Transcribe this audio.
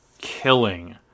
killing